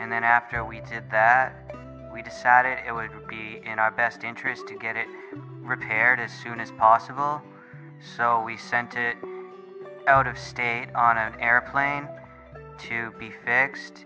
and then after we had at that we decided it would be and i best interest to get it repaired as soon as possible so we sent it out of stay on an airplane to be fixed